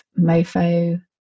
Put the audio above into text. Mofo